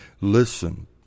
Listen